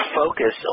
focus